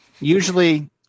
Usually